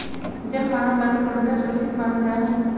जल मानव लगी पूर्णतया सुरक्षित मानल जा हइ